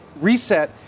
reset